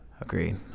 Agreed